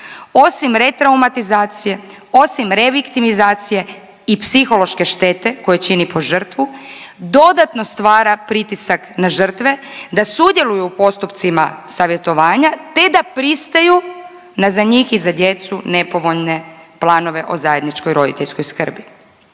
osim retraumatizacije, osim reviktimizacije i psihološke štete koje čini po žrtvu dodatno stvara pritisak na žrtve da sudjeluju u postupcima savjetovanja te da pristaju na za njih i za djecu nepovoljne planove o zajedničkoj roditeljskoj skrbi.